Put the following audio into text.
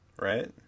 right